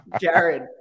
Jared